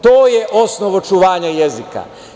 To je osnov očuvanja jezika.